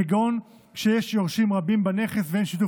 למשל כשיש יורשים רבים בנכס ואין שיתוף